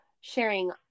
sharing